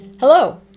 Hello